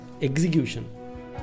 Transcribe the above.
execution